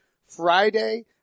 Friday